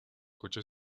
coche